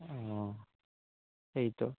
অঁ সেইটো